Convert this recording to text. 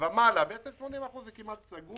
ומעלה 80% זה כמעט סגור